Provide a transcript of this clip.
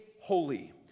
holy